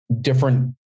different